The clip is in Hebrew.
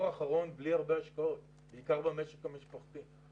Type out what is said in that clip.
האחרון בלי הרבה השקעות בעיקר במשק המשפחתי.